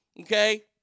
Okay